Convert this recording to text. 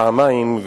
פעמיים.